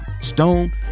Stone